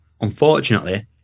unfortunately